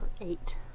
eight